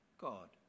God